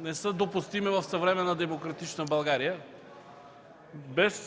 не са допустими в съвременна, демократична България. Без